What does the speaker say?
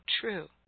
true